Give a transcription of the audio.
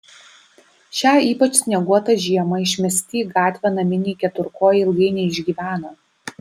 šią ypač snieguotą žiemą išmesti į gatvę naminiai keturkojai ilgai neišgyvena